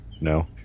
no